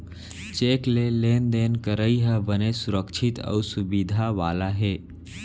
cheque ले लेन देन करई ह बने सुरक्छित अउ सुबिधा वाला हे